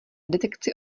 detekci